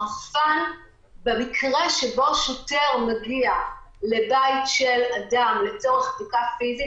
הרחפן במקרה שבו שוטר מגיע לבית של אדם לצורך בדיקה פיזית,